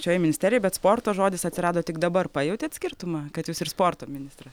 šioje ministerijoj bet sporto žodis atsirado tik dabar pajautėt skirtumą kad jūs ir sporto ministras